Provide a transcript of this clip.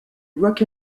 rock